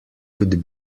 could